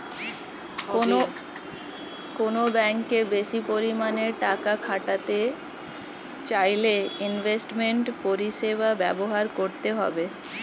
কোনো ব্যাঙ্কে বেশি পরিমাণে টাকা খাটাতে চাইলে ইনভেস্টমেন্ট পরিষেবা ব্যবহার করতে হবে